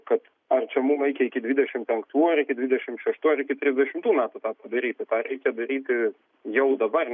kad ar čia mum reikia iki dvidešimt penktų ar iki dvidešimt šeštų ar iki trisdešimtų metų tą daryti tą reikia daryti jau dabar